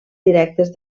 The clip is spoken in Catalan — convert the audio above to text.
directes